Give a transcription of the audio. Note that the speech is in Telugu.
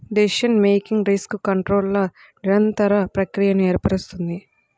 డెసిషన్ మేకింగ్ రిస్క్ కంట్రోల్ల నిరంతర ప్రక్రియను ఏర్పరుస్తుంది